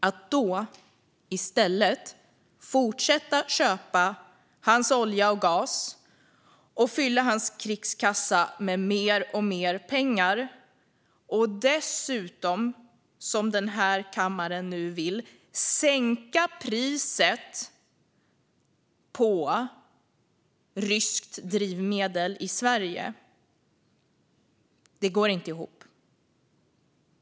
Att då i stället fortsätta att köpa hans olja och gas och fylla hans krigskassa med mer och mer pengar och dessutom, som denna kammare nu vill, sänka priset på ryskt drivmedel i Sverige går inte ihop.